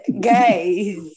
guys